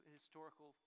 historical